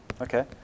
Okay